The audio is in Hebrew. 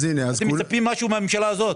אתם מצפים למשהו מהממשלה הזאת?